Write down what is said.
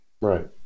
Right